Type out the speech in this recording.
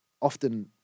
often